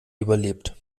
überlebt